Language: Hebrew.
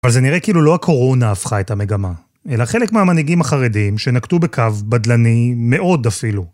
אבל זה נראה כאילו לא הקורונה הפכה את המגמה, אלא חלק מהמנהיגים החרדים שנקטו בקו בדלני מאוד אפילו.